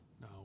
No